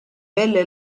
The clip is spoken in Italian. belle